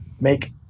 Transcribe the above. make